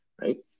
right